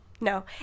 No